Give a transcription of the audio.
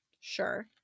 Sure